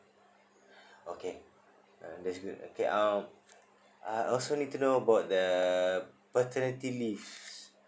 okay uh that's good okay uh I also need to know about the paternity leave